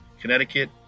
Connecticut